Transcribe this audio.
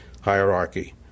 hierarchy